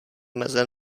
meze